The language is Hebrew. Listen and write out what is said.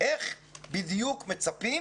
והיא איך בדיוק מצפים